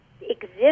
exist